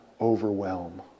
overwhelm